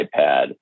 iPad